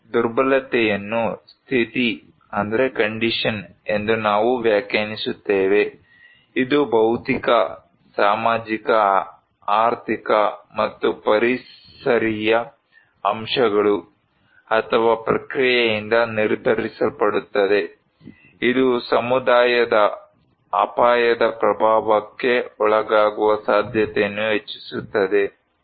ಈಗ ದುರ್ಬಲತೆಯನ್ನು ಸ್ಥಿತಿ ಎಂದು ನಾವು ವ್ಯಾಖ್ಯಾನಿಸುತ್ತೇವೆ ಇದು ಭೌತಿಕ ಸಾಮಾಜಿಕ ಆರ್ಥಿಕ ಮತ್ತು ಪರಿಸರೀಯ ಅಂಶಗಳು ಅಥವಾ ಪ್ರಕ್ರಿಯೆಯಿಂದ ನಿರ್ಧರಿಸಲ್ಪಡುತ್ತದೆ ಇದು ಸಮುದಾಯದ ಅಪಾಯದ ಪ್ರಭಾವಕ್ಕೆ ಒಳಗಾಗುವ ಸಾಧ್ಯತೆಯನ್ನು ಹೆಚ್ಚಿಸುತ್ತದೆ